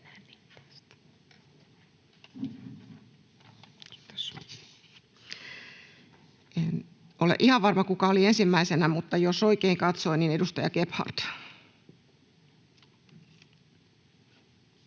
En ole ihan varma, kuka oli ensimmäisenä, mutta jos oikein katsoin, niin edustaja Gebhard.